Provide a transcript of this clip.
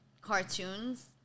cartoons